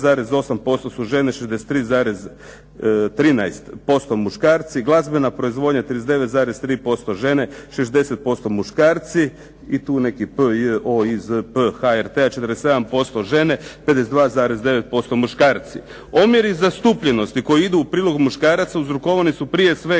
Omjeri zastupljenosti koji idu u prilog muškaraca uzrokovani su prije svega